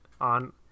on